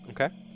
Okay